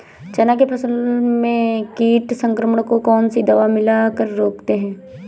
चना के फसल में कीट संक्रमण को कौन सी दवा मिला कर रोकते हैं?